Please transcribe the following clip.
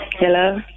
Hello